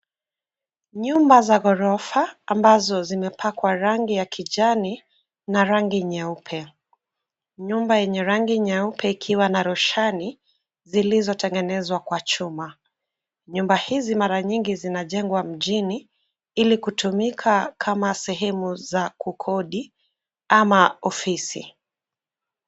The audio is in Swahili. Nyumba za gorofa ambazo zimepakwa rangi ya kijani na rangi nyeupe. Nyumba yenye rangi nyeupe ikiwa na roshani zilizo tengenezwa kwa chuma. Nyumba hizi mara nyingi zinajengwa mjini ili kutumika kama sehemu za kukodi ama ofisi.